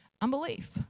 Unbelief